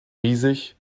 riesig